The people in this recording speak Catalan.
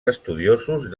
estudiosos